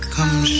Come